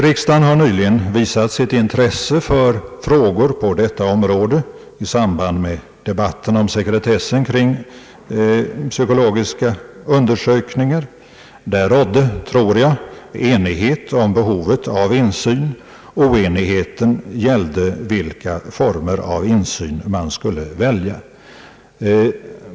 Riksdagen har nyligen visat sitt intresse för frågor på detta område i samband med debatten om sekretessen kring psykologiska undersökningar. Där rådde — tror jag — enighet om behovet av insyn. Oenigheten gällde vilka former av insyn man skulle välja.